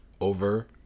over